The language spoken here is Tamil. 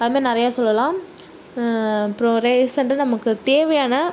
அந்த மாதிரி நிறைய சொல்லலாம் அப்புறம் ரீசெண்டாக நமக்கு தேவையான